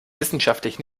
wissenschaftlich